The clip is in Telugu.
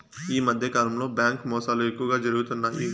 ఈ మధ్యకాలంలో బ్యాంకు మోసాలు ఎక్కువగా జరుగుతున్నాయి